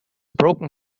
broken